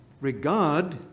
regard